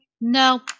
no